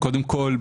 קודם כל,